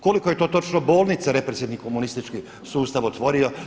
Koliko je to točno bolnica represivni komunistički sustav otvorio?